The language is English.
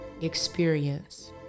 experience